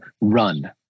run